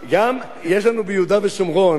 יש לנו ביהודה ושומרון,